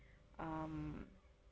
um